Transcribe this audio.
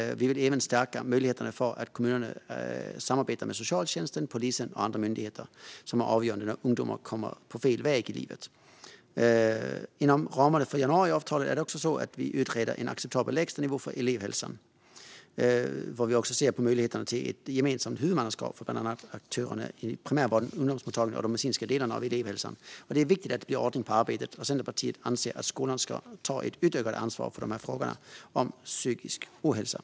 Vi vill även stärka möjligheterna för kommunerna att samarbeta med socialtjänsten, polisen och andra myndigheter som är avgörande när ungdomar kommer in på fel väg i livet. Inom ramarna för januariavtalet utreder vi också en acceptabel lägstanivå för elevhälsan och ser även på möjligheterna för ett gemensamt huvudmannaskap för bland annat primärvården, ungdomsmottagningarna och de medicinska delarna av elevhälsan. Det är viktigt att det blir ordning på arbetet, och Centerpartiet anser att skolan ska ta ett utökat ansvar för den psykiska ohälsan.